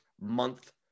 month